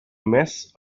mess